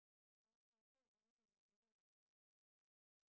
uh so the woman in the middle of the picture is their mother